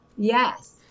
Yes